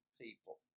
people